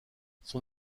son